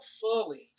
fully